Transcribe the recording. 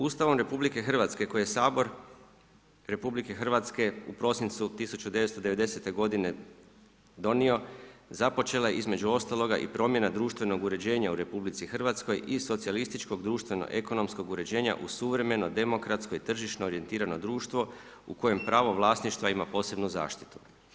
Ustavom RH koji je Sabor RH u prosincu 1990. godine donio, započela je između ostaloga i promjena društvenog uređenja u RH iz socijalističkog društveno-ekonomskog uređenja u suvremeno demokratsko i tržišno orijentirano društvo u kojem pravo vlasništva ima posebnu zaštitu.